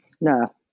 No